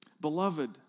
Beloved